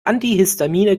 antihistamine